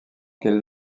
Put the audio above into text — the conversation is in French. qu’elle